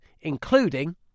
including